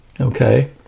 okay